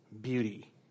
beauty